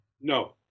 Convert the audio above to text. No